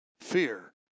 fear